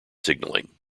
signaling